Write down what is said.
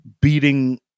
beating